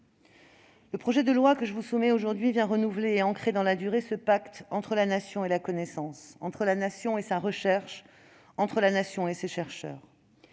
Le projet de loi que je vous soumets aujourd'hui vient renouveler et ancrer dans la durée ce pacte entre la Nation et la connaissance, entre la Nation et sa recherche, entre la Nation et ses chercheurs.